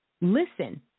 listen